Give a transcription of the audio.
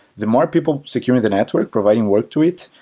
the more people securing the network, providing work to it,